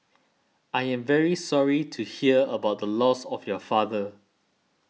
I am very sorry to hear about the loss of your father